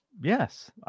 Yes